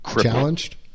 challenged